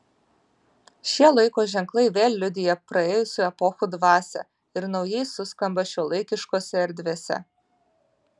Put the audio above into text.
šie laiko ženklai vėl liudija praėjusių epochų dvasią ir naujai suskamba šiuolaikiškose erdvėse